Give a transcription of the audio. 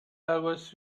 always